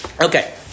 Okay